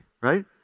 right